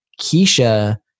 Keisha